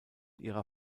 ihrer